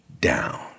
down